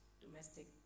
domestic